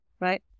right